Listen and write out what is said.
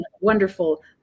wonderful